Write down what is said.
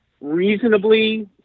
reasonably